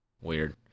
weird